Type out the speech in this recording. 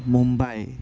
Mumbai